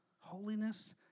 Holiness